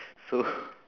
so